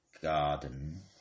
garden